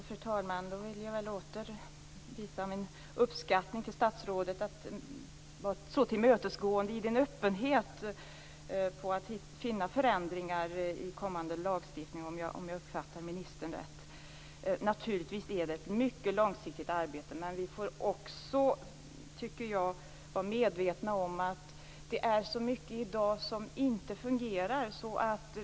Fru talman! Jag vill åter visa statsrådet min uppskattning för att vara så tillmötesgående i sin öppenhet när det gäller att finna förändringar i kommande lagstiftning, om jag uppfattade ministern rätt. Det är naturligtvis ett mycket långsiktigt arbete. Men vi får också, tycker jag, vara medvetna om att det är så mycket som inte fungerar i dag.